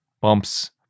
bumps